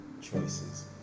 choices